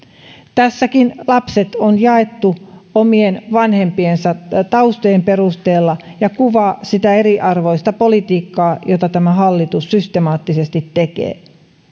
tässäkin lapset on jaettu omien vanhempiensa taustojen perusteella ja se kuvaa sitä eriarvoista politiikkaa jota tämä hallitus systemaattisesti tekee